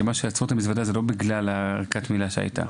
שעצרו את המזוודה זה לא בגלל ערכת המילה שהייתה.